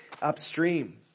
upstream